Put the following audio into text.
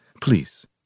Please